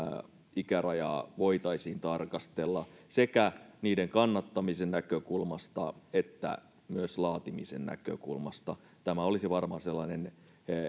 ikärajaa voitaisiin tarkastella sekä niiden kannattamisen näkökulmasta että myös laatimisen näkökulmasta tämä olisi varmaan sellainen